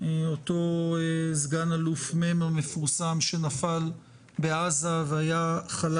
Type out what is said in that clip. אותו סגן אלוף מ' המפורסם שנפל בעזה והיה חלל